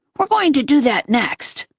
we're going to do that next.